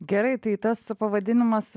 gerai tai tas pavadinimas